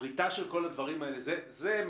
הפריטה של כל הדברים האלה זה מה